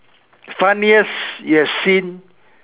funniest you've seen